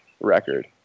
record